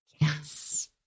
yes